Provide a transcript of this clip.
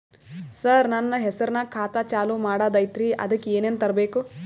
ಸರ, ನನ್ನ ಹೆಸರ್ನಾಗ ಖಾತಾ ಚಾಲು ಮಾಡದೈತ್ರೀ ಅದಕ ಏನನ ತರಬೇಕ?